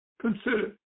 consider